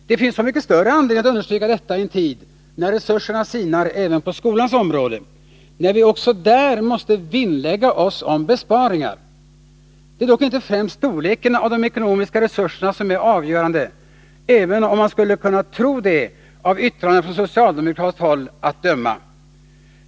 Det finns så mycket större anledning att understryka detta i en tid när resurserna sinar även på skolans område, när vi också där måste vinnlägga oss om besparingar. Det är dock inte främst storleken av de ekonomiska resurserna som är avgörande, även om man skulle kunna tro det av yttrandena från socialdemokratiskt håll att döma.